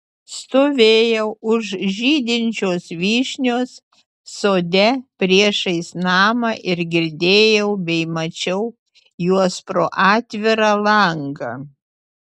stovėjau už žydinčios vyšnios sode priešais namą ir girdėjau bei mačiau juos pro atvirą langą